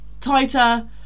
tighter